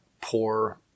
poor